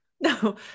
No